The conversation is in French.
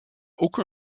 aucun